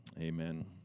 Amen